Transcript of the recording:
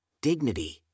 dignity